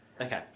Okay